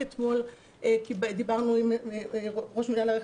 רק אתמול דיברנו עם ראש מינהל הרכש